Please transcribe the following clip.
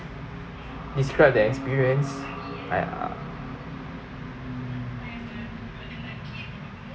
describe the experience I uh